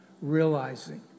realizing